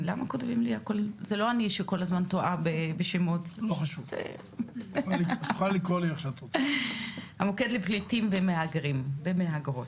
ברקן, המוקד לפליטים ומהגרים ומהגרות.